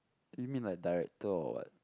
give me like director or what